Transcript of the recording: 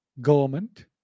government